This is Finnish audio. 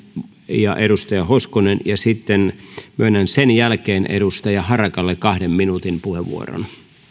ja edustaja hoskoselle ja sitten myönnän sen jälkeen edustaja harakalle kahden minuutin puheenvuoron